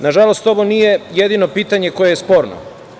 Nažalost, ovo nije jedino pitanje koje je sporno.